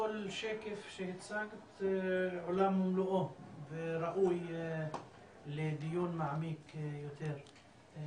כל שקף שהצגת עולם ומלואו וראוי לדיון מעמיק יותר.